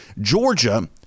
Georgia